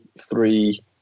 three